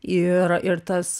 ir ir tas